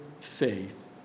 faith